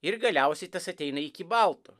ir galiausiai tas ateina iki baltų